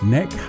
Neck